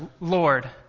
Lord